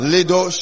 Lido